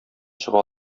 чыга